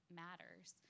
matters